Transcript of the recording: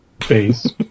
face